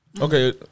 Okay